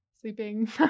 Sleeping